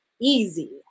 easy